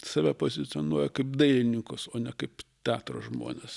save pozicionuoju kaip dailininkus o ne kaip teatro žmones